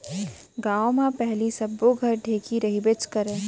गॉंव म पहिली सब्बो घर ढेंकी रहिबेच करय